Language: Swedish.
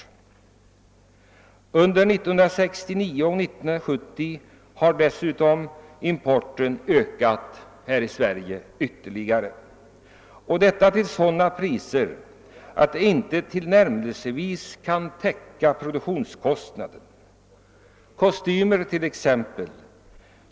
Under åren 1969 och 1970 har importen till Sverige ökat ytterligare och detta har skett till priser som inte ens tillnärmelsevis täcker produktionskostnaden i Sverige.